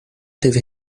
teve